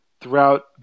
throughout